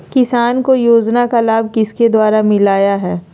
किसान को योजना का लाभ किसके द्वारा मिलाया है?